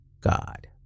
God